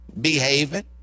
behaving